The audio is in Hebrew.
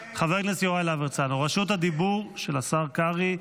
ישראל --- רשות הדיבור של השר קרעי,